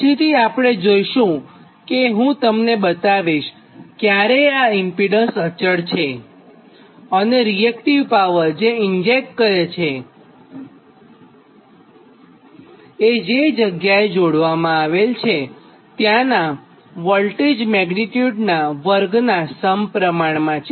પછીથી આપણે જોઇશું કે હું તમને બતાવીશ કે ક્યારે આ ઈમ્પીડન્સ અચળ ઈમ્પીડન્સ છે અને અને રીએકટીવ પાવર કે જે ઇન્જેક્ટ કરે છે એ જે જગ્યાએ જોડવામાં આવેલ છે ત્યાંના વોલ્ટેજ મેગ્નીટ્યુડનાં વર્ગનાં સમપ્રમાણમાં છે